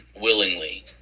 willingly